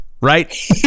Right